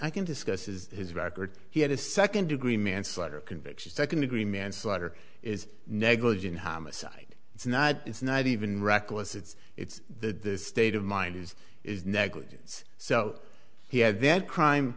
i can discuss is his record he had a second degree manslaughter conviction second degree manslaughter is negligent homicide it's not it's not even reckless it's it's the state of mind is is negligence so he had that crime